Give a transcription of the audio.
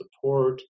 support